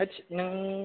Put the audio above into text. थोस नों